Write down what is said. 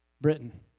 Britain